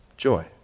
joy